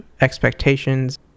expectations